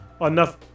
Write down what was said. enough